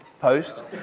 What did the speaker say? post